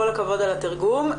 כל הכבוד על התרגום.